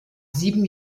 sieben